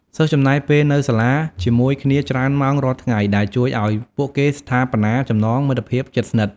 សិស្សចំណាយពេលនៅសាលាជាមួយគ្នាច្រើនម៉ោងរាល់ថ្ងៃ ដែលជួយឲ្យពួកគេស្ថាបនាចំណងមិត្តភាពជិតស្និទ្ធ។